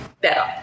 better